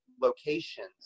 locations